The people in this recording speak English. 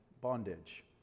bondage